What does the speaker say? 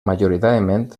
majoritàriament